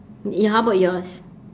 how about yours